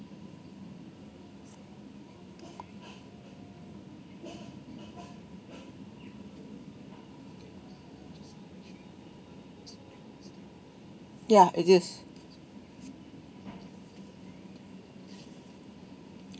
ya it is